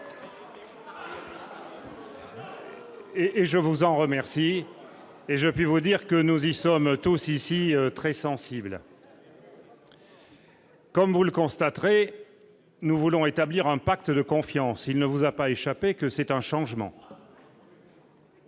et je vous en remercie et je vais vous dire que nous y sommes tous ici très sensible. Comme vous le constaterez, nous voulons établir un pacte de confiance, il ne vous a pas échappé que c'est un changement.